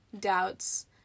doubts